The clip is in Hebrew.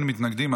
אין מתנגדים,